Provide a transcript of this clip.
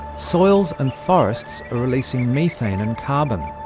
soils and forests are releasing methane and carbon.